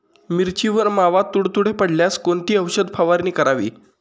मिरचीवर मावा, तुडतुडे पडल्यास कोणती औषध फवारणी करावी?